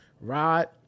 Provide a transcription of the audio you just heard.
Rod